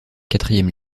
quatrième